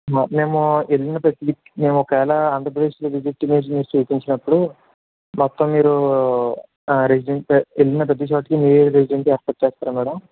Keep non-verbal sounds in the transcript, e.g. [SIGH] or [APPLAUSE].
మేము వెళ్ళిన ప్రతి మేము ఒక వేళ ఆంధ్రప్రదేశ్ విసిట్ [UNINTELLIGIBLE] చేయిపించినప్పుడు మొత్తం మీరు ఆ రెసిడెన్సీ వెళ్ళిన ప్రతి చోటుకి మీరు రెసిడెన్సీ ఏర్పాటు చేస్తారా మ్యాడం